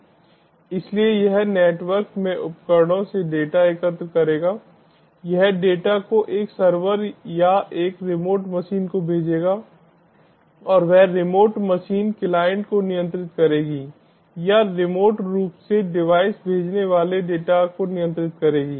इसलिए यह नेटवर्क में उपकरणों से डेटा एकत्र करेगा यह डेटा को एक सर्वर या एक रिमोट मशीन को भेजेगा और वह रिमोट मशीन क्लाइंट को नियंत्रित करेगी या रिमोट रूप से डिवाइस भेजने वाले डेटा को नियंत्रित करेगी